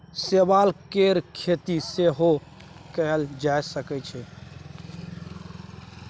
शैवाल केर खेती सेहो कएल जा सकै छै